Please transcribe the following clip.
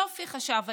יופי, חשב הילד.